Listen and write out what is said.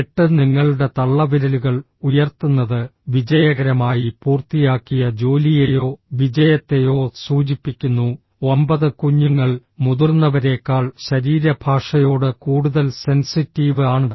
8 നിങ്ങളുടെ തള്ളവിരലുകൾ ഉയർത്തുന്നത് വിജയകരമായി പൂർത്തിയാക്കിയ ജോലിയെയോ വിജയത്തെയോ സൂചിപ്പിക്കുന്നു 9 കുഞ്ഞുങ്ങൾ മുതിർന്നവരേക്കാൾ ശരീരഭാഷയോട് കൂടുതൽ സെൻസിറ്റീവ് ആണ്